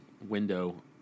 window